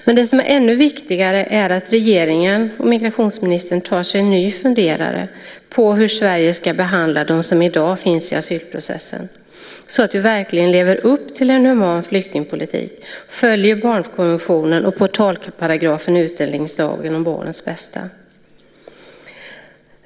Men det är ännu viktigare att regeringen och migrationsministern tar sig en ny funderare på hur Sverige ska behandla dem som i dag finns i asylprocessen så att vi verkligen lever upp till en human flyktingpolitik och följer barnkonventionen och portalparagrafen i utlänningslagen om barnens bästa.